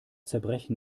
zerbrechen